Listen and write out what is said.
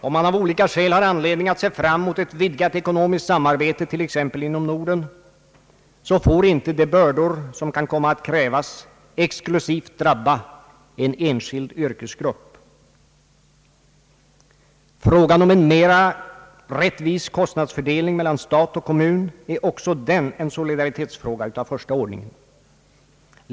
Om man av olika skäl har anledning se fram mot ett vidgat ekonomiskt samarbete, t.ex. inom Norden, får inte de bördor som kan komma att krävas exklusivt drabba en enskild yrkesgrupp. Frågan om en rättvisare kostnadsfördelning mellan stat och kommun är också den en solidaritetsfråga av första ordningen.